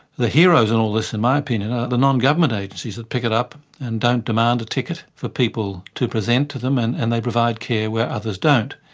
the heroes in all this in my opinion are the non-government agencies that pick it up and don't demand a ticket for people to present to them, and and they provide care where others don't.